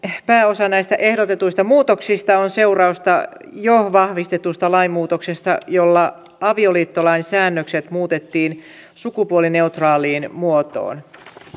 pääosa näistä ehdotetuista muutoksista on seurausta jo vahvistetuista lainmuutoksista joilla avioliittolain säännökset muutettiin sukupuolineutraaliin muotoon